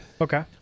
okay